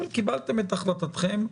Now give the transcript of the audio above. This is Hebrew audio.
אבל קיבלתם את החלטתכם.